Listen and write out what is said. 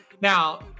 Now